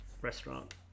restaurant